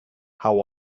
how